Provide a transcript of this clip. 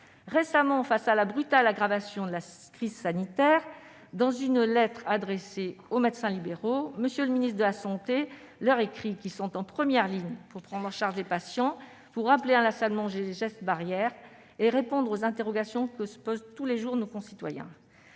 récemment, face à la brutale aggravation de la crise sanitaire, dans une lettre adressée aux médecins libéraux, M. le ministre de la santé écrit qu'ils sont « en première ligne pour prendre en charge les patients, pour rappeler inlassablement les gestes barrières et répondre aux interrogations que se posent tous les jours nos concitoyens